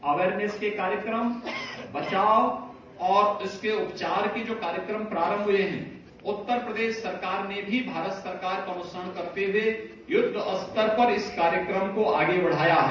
awareness के कार्यक्रम बचाव और इसके उपचार के जो कार्यकम प्रारम्भ हुए उत्तर प्रदेश सरकार ने भी भारत सरकार का अनुश्रवण करते हुए युद्धस्तर पर इस कार्यक्रम को आगे बढ़ाया है